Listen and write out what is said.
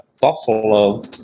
Buffalo